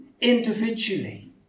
individually